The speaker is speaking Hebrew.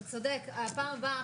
אתה צודק, בפעם הבאה.